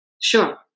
Sure